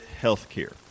healthcare